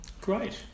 great